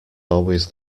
always